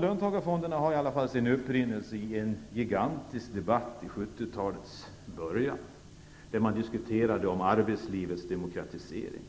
Löntagarfondena har i alla fall sin upprinnelse i en gigantisk debatt vid 70-talets början, då man diskuterade arbetslivets demokratisering.